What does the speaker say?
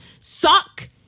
suck